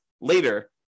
later